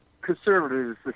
conservatives